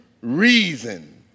reason